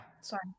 sorry